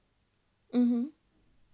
mmhmm